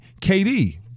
KD